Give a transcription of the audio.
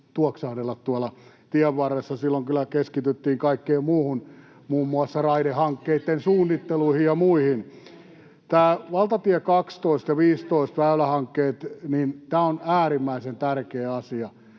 [Suna Kymäläisen välihuuto] Silloin kyllä keskityttiin kaikkeen muuhun, muun muassa raidehankkeitten suunnitteluihin ja muihin. Nämä valtatie 12 ja 15 ‑väylähankkeet ovat äärimmäisen tärkeä asia.